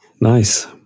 Nice